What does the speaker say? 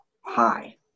high